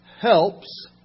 helps